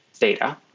data